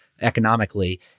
economically